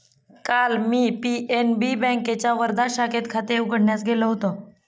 काल मी पी.एन.बी बँकेच्या वर्धा शाखेत खाते उघडण्यास गेलो होतो